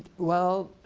well